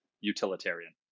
utilitarian